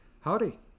Howdy